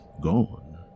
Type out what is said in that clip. gone